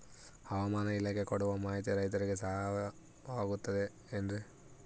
ಹವಮಾನ ಇಲಾಖೆ ಕೊಡುವ ಮಾಹಿತಿ ರೈತರಿಗೆ ಸಹಾಯವಾಗುತ್ತದೆ ಏನ್ರಿ?